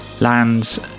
lands